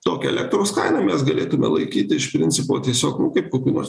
tokią elektros kainą mes galėtume laikyti iš principo tiesiog nu kaip kokiu nors